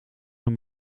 door